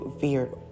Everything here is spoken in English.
feared